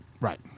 Right